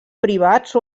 privats